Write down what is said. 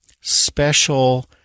special